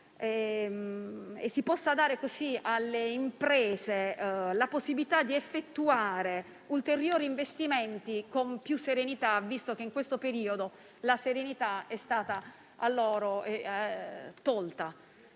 e si possa dare così alle imprese la possibilità di effettuare ulteriori investimenti con più serenità, visto che in questo periodo la serenità è stata loro